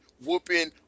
whooping